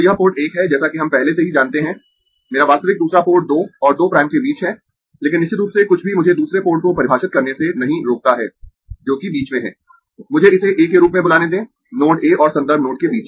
तो यह पोर्ट 1 है जैसा कि हम पहले से ही जानते है मेरा वास्तविक दूसरा पोर्ट 2 और 2 प्राइम के बीच है लेकिन निश्चित रूप से कुछ भी मुझे दूसरे पोर्ट को परिभाषित करने से नहीं रोकता है जो कि बीच में है मुझे इसे A के रूप में बुलाने दें नोड A और संदर्भ नोड के बीच